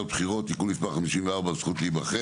(בחירות) (תיקון מס' 54) (הזכות להיבחר),